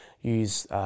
use